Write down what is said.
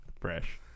Fresh